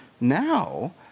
now